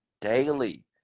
daily